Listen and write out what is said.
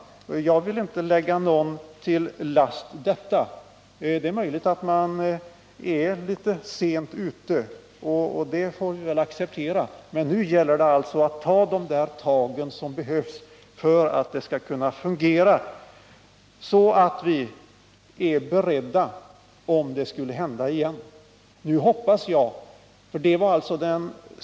Den försummelsen vill jag inte lägga någon till last — det är möjligt att man bara är litet väl sent ute, och det får vi väl då acceptera — men nu gäller det att ta de tag som krävs för att oljebekämpningen skall fungera och så att vi är väl beredda, ifall det skulle inträffa en ny stor oljekatastrof.